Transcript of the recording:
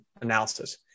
analysis